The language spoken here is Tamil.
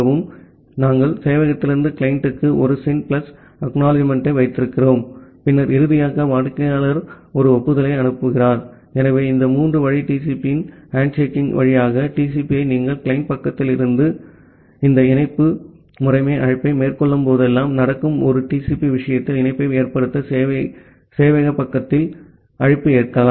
ஆகவே நாங்கள் சேவையகத்திலிருந்து கிளையண்ட்டுக்கு ஒரு SYN பிளஸ் ACK ஐ வைத்திருக்கிறோம் பின்னர் இறுதியாக வாடிக்கையாளர் ஒரு ஒப்புதலை அனுப்புகிறார் ஆகவே இந்த மூன்று வழி TCP இன் ஹேண்ட்ஷேக்கிங் வழியாக TCP ஐ நீங்கள் கிளையன்ட் பக்கத்தில் இந்த இணைப்பு முறைமை அழைப்பை மேற்கொள்ளும்போதெல்லாம் நடக்கும் ஒரு TCP விஷயத்தில் இணைப்பை ஏற்படுத்த சேவையக பக்கத்தில் அழைப்பை ஏற்கவும்